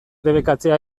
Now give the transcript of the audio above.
debekatzea